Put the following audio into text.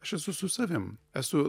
aš esu su savim esu